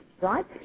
Right